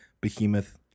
behemoth